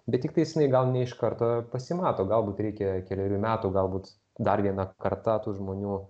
bet tiktais jinai gal ne iš karto pasimato galbūt reikia kelerių metų galbūt dar viena karta tų žmonių